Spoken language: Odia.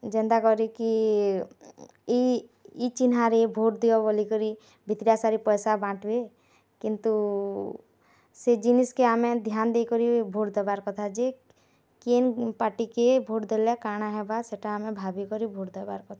ଯେନ୍ତାକରି କି ଇ ଇ ଚିହ୍ନାରେ ଭୋଟ୍ ଦିଅ ବୋଲିକରି ଜିତିର୍ଆଶାରେ ପଇସା ବାଣ୍ଟିବେ କିନ୍ତୁ ସେ ଜିନିଷ୍କେ ଆମେ ଧ୍ୟାନ୍ ଦେଇକରି ଭୋଟ୍ ଦେବାର୍ କଥା ଯେ କେନ୍ ପାଟିକେ ଭୋଟ୍ ଦେଲେ କାଣା ହେବା ସେଟା ଆମେ ଭାବିକିରି ଭୋଟ୍ ଦେବାର୍ କଥା